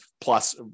plus